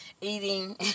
eating